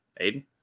Aiden